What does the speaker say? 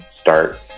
start